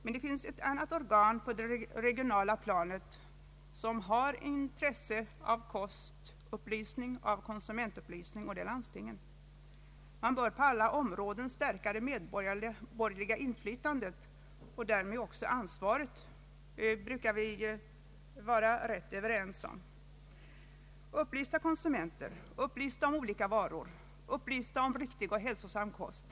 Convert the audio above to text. Men det finns ett annat organ på det regionala planet som har intresse av kostoch konsumentupplysning, och det är landstingen. Man bör på alla områden stärka det medborgerliga inflytandet och därmed också ansvaret, det brukar vi vara rätt överens om. Vi behöver konsumenter som är upplysta om olika varor, upplysta om riktig och hälsosam kost.